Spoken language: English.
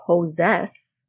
possess